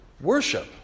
Worship